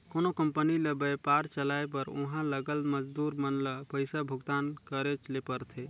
कोनो कंपनी ल बयपार चलाए बर उहां लगल मजदूर मन ल पइसा भुगतान करेच ले परथे